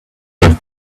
but